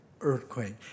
earthquake